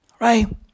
Right